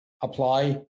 apply